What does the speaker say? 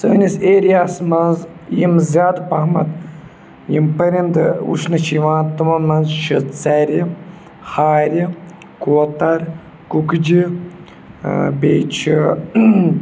سٲنِس ایریاہَس منٛز یِم زیادٕ پَہمَتھ یِم پٔرِنٛدٕ وچھنہٕ چھِ یِوان تٕمَن منٛز چھِ ژرِ ہارِ کوتَر کُکجہِ بیٚیہِ چھِ